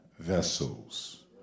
Vessels